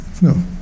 No